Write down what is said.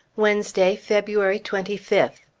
wednesday, february twenty fifth.